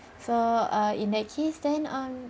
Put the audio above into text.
so err in that case then um